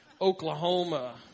Oklahoma